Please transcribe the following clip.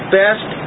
best